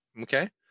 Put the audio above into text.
okay